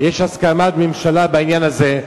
יש הסכמת ממשלה בעניין הזה.